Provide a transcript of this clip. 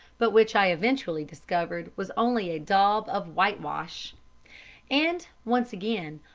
but which i eventually discovered was only a daub of whitewash and, once again,